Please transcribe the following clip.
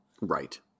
Right